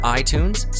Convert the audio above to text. iTunes